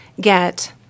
get